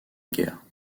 guerre